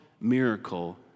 miracle